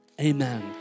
amen